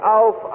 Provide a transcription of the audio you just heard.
auf